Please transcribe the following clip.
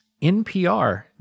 NPR